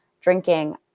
drinking